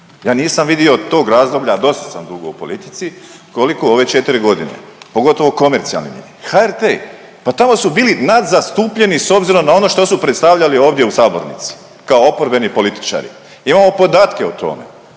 Ja nisam vidio tog razdoblja, a dosta sam dugo u politici koliko u ove četiri godine pogotovo komercijalni … HRT pa tamo su bili nad zastupljeni s obzirom na ono što su predstavljali ovdje u sabornici kao oporbeni političari, imamo podatke o tome.